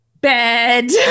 bed